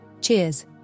Cheers